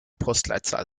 postleitzahl